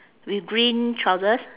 with green trousers